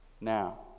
Now